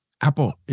Apple